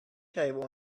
table